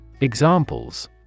Examples